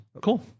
Cool